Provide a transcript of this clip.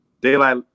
Daylight